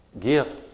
gift